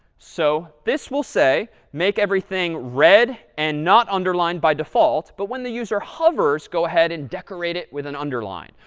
so this will say, make everything red and not underlined by default, but when the user hovers, go ahead and decorate it with an underline.